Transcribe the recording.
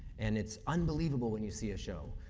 and it's unbelievable when you see a show,